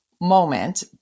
moment